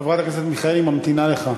חברת הכנסת מיכאלי ממתינה לך.